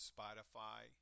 Spotify